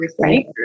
Right